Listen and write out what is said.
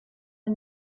der